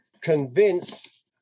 convince